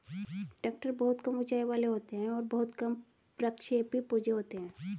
tractor बहुत कम ऊँचाई वाले होते हैं और बहुत कम प्रक्षेपी पुर्जे होते हैं